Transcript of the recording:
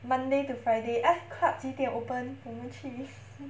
monday to friday F club 几点 open 我们去